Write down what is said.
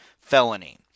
felony